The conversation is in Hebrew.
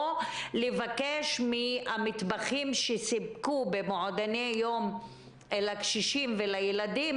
או לבקש מהמטבחים שסיפקו במועדוני יום לקשישים ולילדים